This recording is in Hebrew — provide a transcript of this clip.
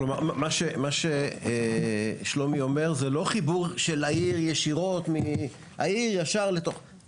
מה ששלומי אומר זה לא חיבור של העיר ישירות אלא זה בעצם